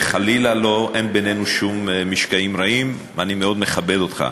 וחלילה אין בינינו שום משקעים רעים ואני מאוד מכבד אותך,